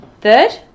Third